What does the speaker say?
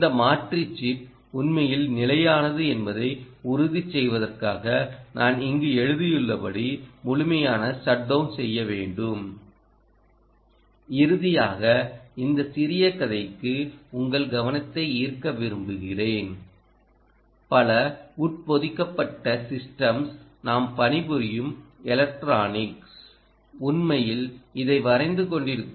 இந்த மாற்றி சிப் உண்மையில் நிலையானது என்பதை உறுதி செய்வதற்காக நான் இங்கு எழுதியுள்ளபடி முழுமையான ஷட் டவுன் செய்ய வேண்டும் இறுதியாக இந்த சிறிய கதைக்கு உங்கள் கவனத்தை ஈர்க்க விரும்புகிறேன்பல உட்பொதிக்கப்பட்ட சிஸ்டம்ஸ் நாம் பணிபுரியும் எலக்ட்ரானிக்ஸ் உண்மையில் இதை வரைந்து கொண்டிருக்கும்